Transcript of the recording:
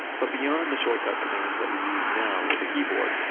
but beyond the shortcut commands that we use now with a keyboard,